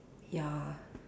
ya